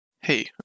Hey